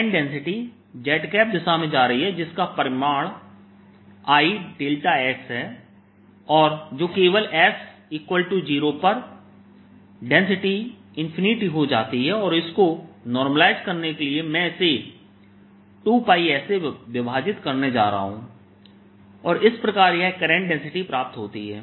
current density z दिशा में जा रही है जिसका परिमाण I है और जो केवल s 0 पर डेंसिटी इंफिनिटी हो जाती है और इसको नॉर्मलाइज करने के लिए मैं इसे 2s से विभाजित करने जा रहा हूँ और इस प्रकार यह करंट डेंसिटी प्राप्त होती है